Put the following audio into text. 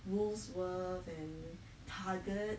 woolworths and target